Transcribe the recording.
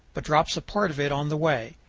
but drops a part of it on the way.